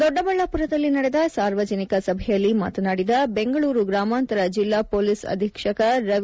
ದೊಡ್ಡಬಳ್ಳಾಪುರದಲ್ಲಿ ನಡೆದ ಸಾರ್ವಜನಿಕ ಸಭೆಯಲ್ಲಿ ಮಾತನಾಡಿದ ಬೆಂಗಳೂರು ಗ್ರಾಮಾಂತರ ಜಿಲ್ಲಾ ಪೊಲೀಸ್ ಅಧೀಕ್ಷಕ ರವಿ